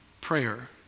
prayer